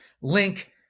link